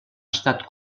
estat